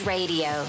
Radio